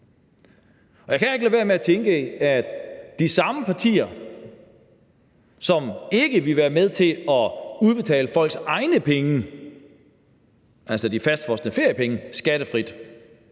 Og jeg kan heller ikke lade være med at tænke, at de samme partier, som ikke ville være med til at udbetale folks egne penge, altså de fastfrosne feriepenge, skattefrit,